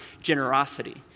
generosity